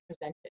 presented